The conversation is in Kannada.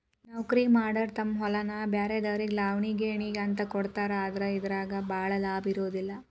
ನೌಕರಿಮಾಡಾರ ತಮ್ಮ ಹೊಲಾನ ಬ್ರ್ಯಾರೆದಾರಿಗೆ ಲಾವಣಿ ಗೇಣಿಗೆ ಅಂತ ಕೊಡ್ತಾರ ಆದ್ರ ಇದರಾಗ ಭಾಳ ಲಾಭಾ ಇರುದಿಲ್ಲಾ